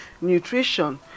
nutrition